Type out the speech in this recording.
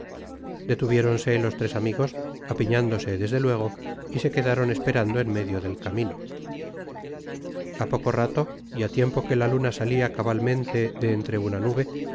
detuviéronse los tres amigos apiñándose desde luego y se quedaron esperando en medio del camino a poco rato y á tiempo que la luna salía cabalmente de entre una nube